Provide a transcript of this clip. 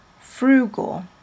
frugal